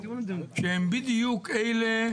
שהם בדיוק אלה,